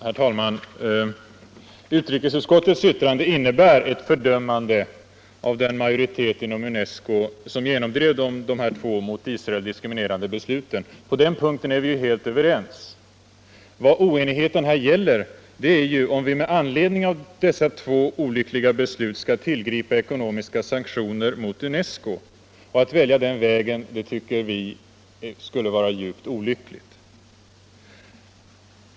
Herr talman! Utrikesutskottets skrivning innebär ett fördömande av den majoritet inom UNESCO som genomdrev de två mot Israel diskriminerande besluten. På den punkten är vi helt överens. Vad oenigheten här gäller är, om vi med anledning av dessa två olyckliga beslut skall tillgripa ekonomiska sanktioner mot UNESCO. Och att välja den vägen tycker vi skulle vara djupt olyckligt.